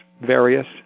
various